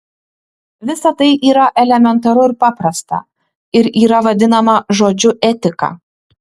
visa tai yra elementaru ir paprasta ir yra vadinama žodžiu etika